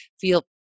feel